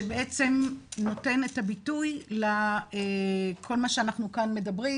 שנותן את הביטוי לכל מה שאנחנו מדברים כאן,